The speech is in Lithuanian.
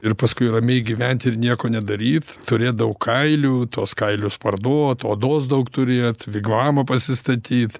ir paskui ramiai gyvent ir nieko nedaryt turėt daug kailių tuos kailius parduot odos daug turėt vigvamą pasistatyt